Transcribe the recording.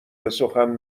بسخن